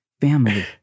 family